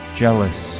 jealous